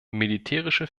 militärische